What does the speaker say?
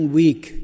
week